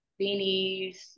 beanies